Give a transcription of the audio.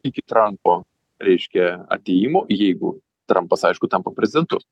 iki trampo reiškia atėjimo jeigu trampas aišku tampa prezidentu